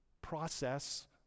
process